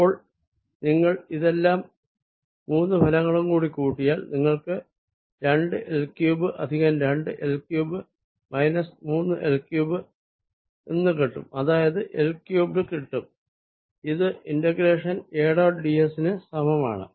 അപ്പോൾ നിങ്ങൾ ഇതെല്ലാം മൂന്ന് ഫലങ്ങളും കൂടി കൂട്ടിയാൽ നിങ്ങൾക്ക് രണ്ട് L ക്യൂബ്ഡ് പ്ലസ് രണ്ട് L ക്യൂബ്ഡ് മൈനസ് മൂന്ന് L ക്യൂബ്ഡ് എന്ന് കിട്ടും അതായത് L ക്യൂബ്ഡ് കിട്ടും ഇത് integration A dot d s ന് സമമാണ്